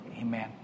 Amen